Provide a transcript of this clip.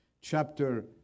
Chapter